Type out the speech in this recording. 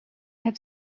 have